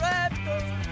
Raptors